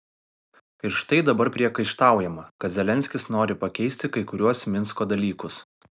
ir štai dabar priekaištaujama kad zelenskis nori pakeisti kai kuriuos minsko dalykus